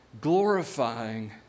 glorifying